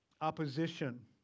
opposition